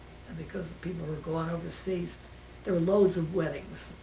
and because people were gone overseas there were loads of weddings.